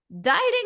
dieting